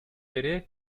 beri